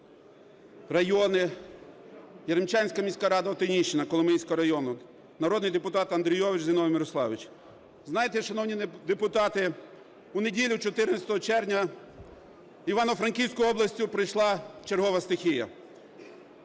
райони, Яремчанська міська рада, Отинійщина Коломийського району, народний депутат Андрійович Зіновій Мирославович. Знаєте, шановні депутати, у неділю, 14 червня, Івано-Франківською областю пройшла чергова стихія.